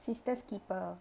sister's keeper